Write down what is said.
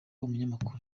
umunyamakuru